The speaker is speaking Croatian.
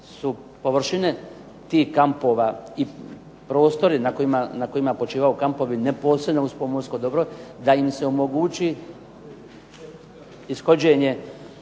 su površine tih kampova i prostori na kojima počivaju kampovi neposredno uz pomorsko dobro da im se omogući ishođenje